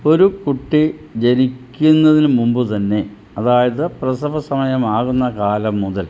ഒരു കുട്ടി ജനിക്കുന്നതിനു മുമ്പുതന്നെ അതായത് പ്രസവ സമയമാകുന്ന കാലം മുതൽ